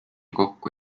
kokku